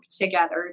together